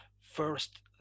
first